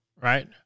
right